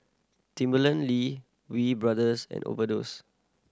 Timberland Lee Wee Brothers and Overdose